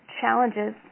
challenges